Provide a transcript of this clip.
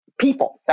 people